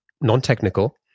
non-technical